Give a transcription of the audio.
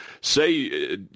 say